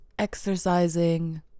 exercising